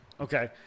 okay